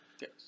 Yes